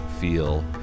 feel